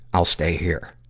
i'll stay here.